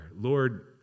Lord